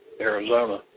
Arizona